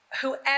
Whoever